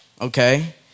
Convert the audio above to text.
okay